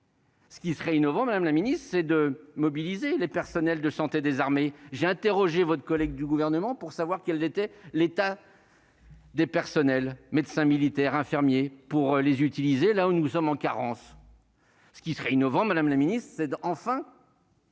Ce qui serait innovant, Madame la Ministre, c'est de mobiliser les personnels de santé des armées, j'ai interrogé votre collègue du gouvernement pour savoir qu'ils étaient l'état des personnels, médecins militaires infirmiers pour les utiliser, là où nous sommes en carence, ce qui serait innovant, Madame la Ministre, enfin.